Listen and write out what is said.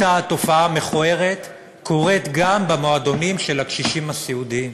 אותה תופעה מכוערת קורית גם במועדונים של הקשישים הסיעודיים.